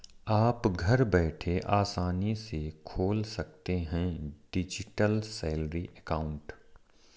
आप घर बैठे आसानी से खोल सकते हैं डिजिटल सैलरी अकाउंट